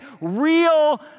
real